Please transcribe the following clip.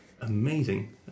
amazing